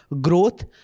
growth